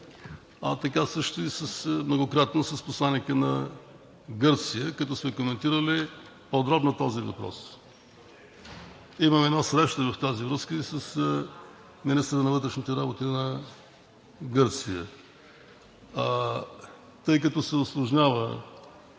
а така също и многократно с посланика на Гърция, като сме коментирали подробно този въпрос. Имам една среща в тази връзка и с министъра на вътрешните работи на Гърция. Тъй като се усложнява,